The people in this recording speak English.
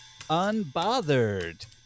Unbothered